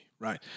right